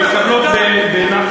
הן מתקבלות בנחת.